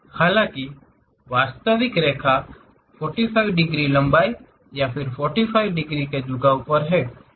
हालांकि वास्तविक रेखा 45 डिग्री लंबाई या 45 डिग्री झुकाव पर है